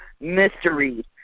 mystery